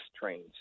trains